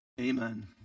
amen